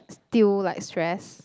still like stress